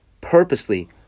purposely